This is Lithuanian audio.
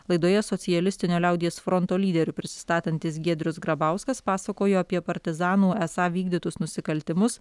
laidoje socialistinio liaudies fronto lyderiu prisistatantis giedrius grabauskas pasakojo apie partizanų esą vykdytus nusikaltimus